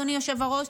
אדוני היושב-ראש,